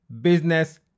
business